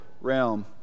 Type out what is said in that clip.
realm